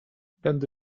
będę